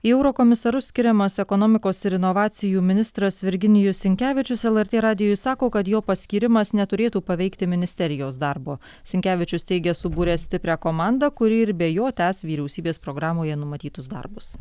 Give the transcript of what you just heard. į eurokomisarus skiriamas ekonomikos ir inovacijų ministras virginijus sinkevičius lrt radijui sako kad jo paskyrimas neturėtų paveikti ministerijos darbo sinkevičius teigia subūrė stiprią komandą kuri ir be jo tęs vyriausybės programoje numatytus darbus